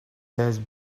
says